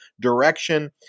direction